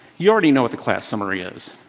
you already know what the class summary is.